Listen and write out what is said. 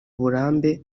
uburambe